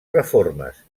reformes